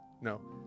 No